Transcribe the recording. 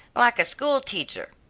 like a school-teacher,